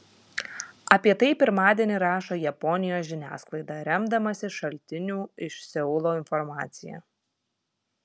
apie tai pirmadienį rašo japonijos žiniasklaida remdamasi šaltinių iš seulo informacija